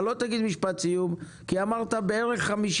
אתה לא תגיד משפט סיום כי אמרת בערך 50